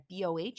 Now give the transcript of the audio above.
BOH